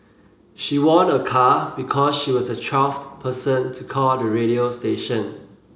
she won a car because she was the twelfth person to call the radio station